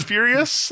Furious